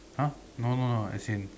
!huh! no no no as in